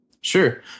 Sure